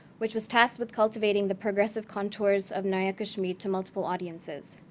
which was tasked with cultivating the progressive contours of naya kashmir to multiple audiences.